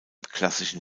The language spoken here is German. klassischen